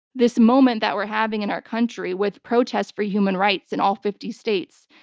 this moment that we're having in our country with protests for human rights in all fifty states,